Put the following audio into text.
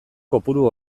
kopuru